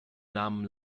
nahmen